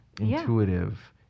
intuitive